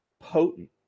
potent